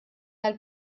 tal